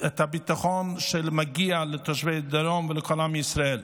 את הביטחון שמגיע לתושבי הדרום ולכל עם ישראל.